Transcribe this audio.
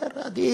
מניסיון.